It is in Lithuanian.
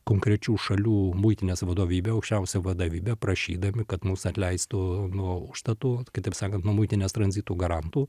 konkrečių šalių muitinės vadovybę aukščiausią vadovybę prašydami kad mus atleistų nuo užstatų kitaip sakant nuo muitininės tranzitų garantų